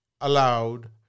allowed